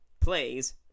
plays